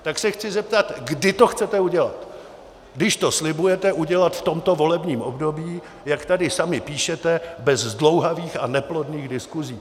Tak se chci zeptat, kdy to chcete udělat, když to slibujete udělat v tomto volebním období, jak tady sami píšete, bez zdlouhavých a neplodných diskusí.